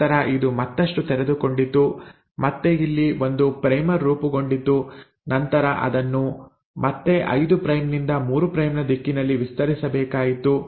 ನಂತರ ಇದು ಮತ್ತಷ್ಟು ತೆರೆದುಕೊಂಡಿತು ಮತ್ತೆ ಇಲ್ಲಿ ಒಂದು ಪ್ರೈಮರ್ ರೂಪುಗೊಂಡಿತು ನಂತರ ಅದನ್ನು ಮತ್ತೆ 5 ಪ್ರೈಮ್ ನಿಂದ 3 ಪ್ರೈಮ್ ನ ದಿಕ್ಕಿನಲ್ಲಿ ವಿಸ್ತರಿಸಬೇಕಾಯಿತು